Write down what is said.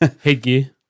Headgear